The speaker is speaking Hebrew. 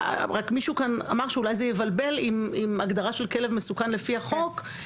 רק מישהו כאן אמר שאולי זה יבלבל עם הגדרת של כלב מסוכן לפי החוק,